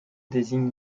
désigne